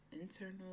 Internal